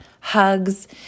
hugs